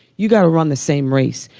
you got to run the same race.